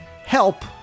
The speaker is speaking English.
Help